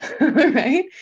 right